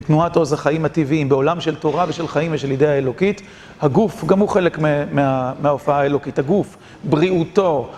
תנועת עוז החיים הטבעיים בעולם של תורה ושל חיים ושל אידאה אלוקית. הגוף גם הוא חלק מההופעה האלוקית. הגוף, בריאותו,